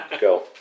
Go